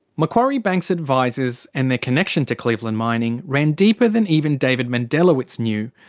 macquarie bank's advisers and their connection to cleveland mining ran deeper than even david mendelawitz knew.